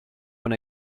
when